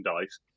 dice